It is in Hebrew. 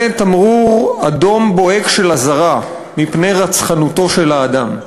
זה תמרור אדום בוהק של אזהרה מפני רצחנותו של האדם.